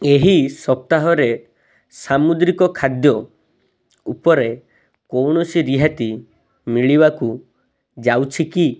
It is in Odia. ଏହି ସପ୍ତାହରେ ସାମୁଦ୍ରିକ ଖାଦ୍ୟ ଉପରେ କୌଣସି ରିହାତି ମିଳିବାକୁ ଯାଉଛି କି